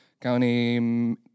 County